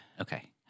okay